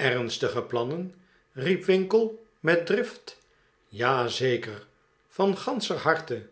ernstige plannen riep winkle met drift ja zekerl van ganscher harte